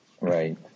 Right